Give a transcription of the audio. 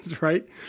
Right